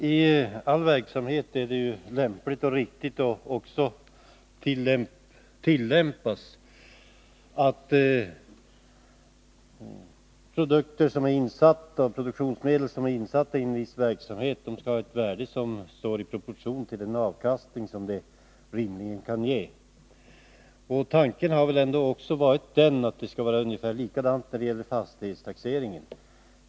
Herr talman! I all verksamhet är det en lämplig och riktig tillämpning att produkter och produktionsmedel som är insatta i en viss verksamhet skall ha ett värde som står i proportion till den avkastning de rimligen kan ge. Tanken har väl ändå varit den att det skulle vara likadant när det gäller fastighetstaxeringen.